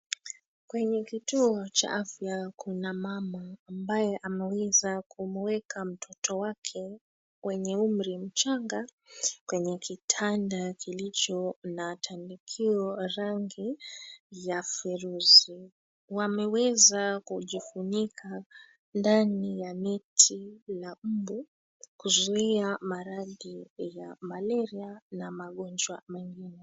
Kwenye kituo cha afya kuna mama ambaye ameweza kumweka mtoto wake wenye umri mchanga, kwenye kitanda kilicho na tandikio wa rangi ya feruzi. Wameweza kujifunika ndani ya neti la mbu kuzuia maradhi ya Malaria na magonjwa mengine.